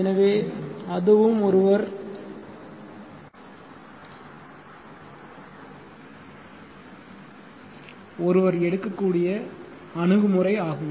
எனவே அதுவும் ஒருவர் எடுக்கக்கூடிய அணுகுமுறை ஆகும்